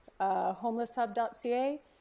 homelesshub.ca